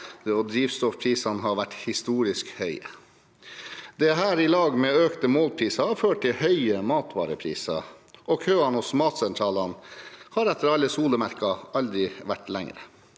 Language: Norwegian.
og drivstoffprisene har vært historisk høye. Dette har sammen med økte målpriser ført til høye matvarepriser, og køene hos matsentralene har etter alle solemerker aldri vært lengre.